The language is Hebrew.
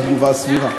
זו התגובה הסבירה.